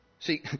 See